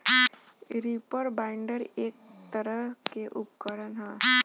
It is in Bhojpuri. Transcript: रीपर बाइंडर एक तरह के उपकरण ह